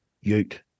ute